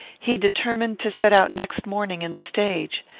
he determined to set out next morning in the stage.